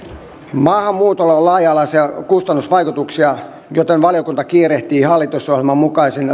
maahanmuutolla on laaja alaisia kustannusvaikutuksia joten valiokunta kiirehtii hallitusohjelman mukaisen